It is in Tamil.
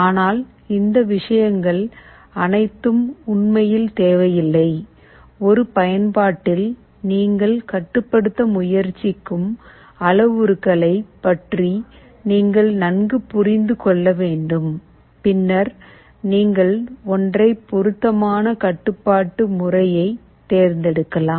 ஆனால் இந்த விஷயங்கள் அனைத்தும் உண்மையில் தேவையில்லை ஒரு பயன்பாட்டில் நீங்கள் கட்டுப்படுத்த முயற்சிக்கும் அளவுருக்ககளை பற்றி நீங்கள் நன்கு புரிந்து கொள்ள வேண்டும் பின்னர் நீங்கள் ஒன்றை பொருத்தமான கட்டுப்பாட்டு முறையை தேர்ந்தெடுக்கலாம்